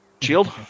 Shield